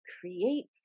create